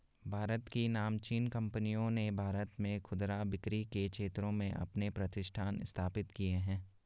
भारत की नामचीन कंपनियों ने भारत में खुदरा बिक्री के क्षेत्र में अपने प्रतिष्ठान स्थापित किए हैं